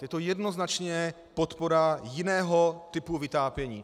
Je to jednoznačně podpora jiného typu vytápění.